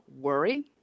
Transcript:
worry